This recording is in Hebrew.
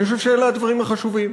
אני חושב שאלה הדברים החשובים,